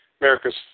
America's